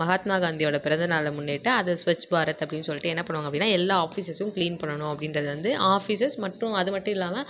மகாத்மா காந்தியோட பிறந்த நாளை முன்னிட்டு அதை ஸ்வச் பாரத் அப்படின்னு சொல்லிட்டு என்ன பண்ணுவாங்க அப்படின்னா எல்லா ஆஃபீஸஸும் க்ளீன் பண்ணணும் அப்படின்றது வந்து ஆஃபீஸஸ் மட்டும் அது மட்டும் இல்லாமல்